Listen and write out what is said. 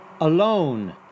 alone